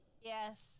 Yes